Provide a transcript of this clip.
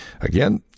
Again